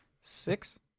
Six